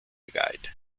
guide